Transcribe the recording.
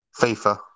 FIFA